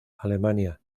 alemania